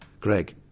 Greg